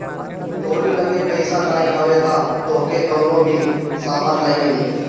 तोहरी लगे पईसा नाइ हवे तअ तोहके कवनो भी सामान नाइ मिली